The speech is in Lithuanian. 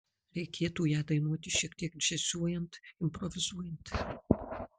reikėtų ją dainuoti šiek tiek džiazuojant improvizuojant